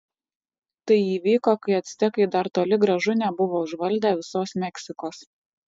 tai įvyko kai actekai dar toli gražu nebuvo užvaldę visos meksikos